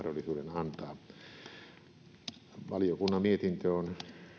antaa valiokunnan mietintö on käytännössä